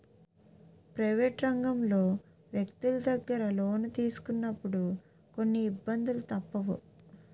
private రంగంలో వ్యక్తులు దగ్గర లోను తీసుకున్నప్పుడు కొన్ని ఇబ్బందులు తప్పవు